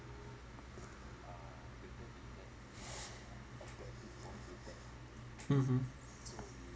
mmhmm